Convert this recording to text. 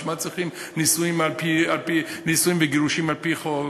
בשביל מה צריכים נישואים וגירושים על-פי חוק?